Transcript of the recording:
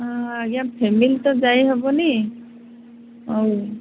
ହଁ ଆଜ୍ଞା ଫ୍ୟାମିଲି ତ ଯାଇ ହବନି ଆଉ